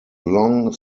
long